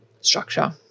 structure